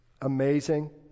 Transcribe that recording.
amazing